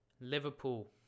Liverpool